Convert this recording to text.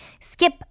skip